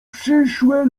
przyszłe